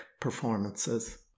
performances